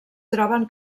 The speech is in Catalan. troben